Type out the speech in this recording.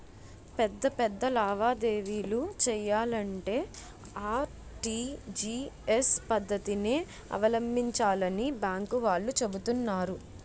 పెద్ద పెద్ద లావాదేవీలు చెయ్యాలంటే ఆర్.టి.జి.ఎస్ పద్దతినే అవలంబించాలని బాంకు వాళ్ళు చెబుతున్నారు